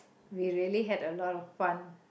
we really had a lot of fun